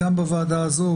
גם בוועדה הזו,